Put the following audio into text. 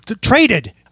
traded